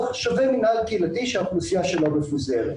שווה מינהל קהילתי שהאוכלוסייה שלו מפוזרת.